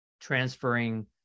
transferring